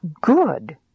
good